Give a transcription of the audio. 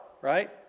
right